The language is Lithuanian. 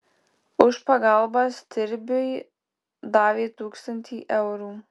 už pagalbą stirbiui davė tūkstantį eurų